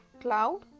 cloud